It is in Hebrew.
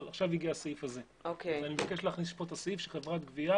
אבל עכשיו הגיע הסעיף הזה ואני מבקש להכניס פה את הסעיף שחברת גבייה